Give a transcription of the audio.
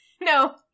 No